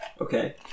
Okay